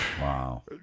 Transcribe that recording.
wow